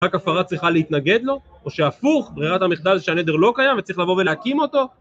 רק הפרה צריכה להתנגד לו? או שהפוך, ברירת המחדל שהנדר לא קיים וצריך לבוא ולהקים אותו?